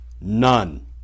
none